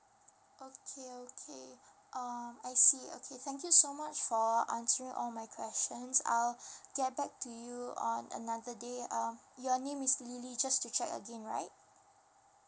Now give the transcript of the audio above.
okay okay um I see okay thank you so much for answering all my questions I'll get back to you on another day um your name is lily just to check again right